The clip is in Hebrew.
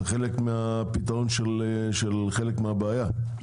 זה חלק מהפתרון של חלק מהבעיה.